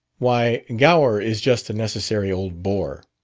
why, gower is just a necessary old bore.